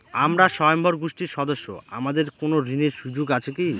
আমরা স্বয়ম্ভর গোষ্ঠীর সদস্য আমাদের কোন ঋণের সুযোগ আছে কি?